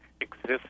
exists